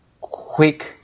quick